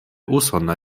usona